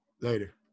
Later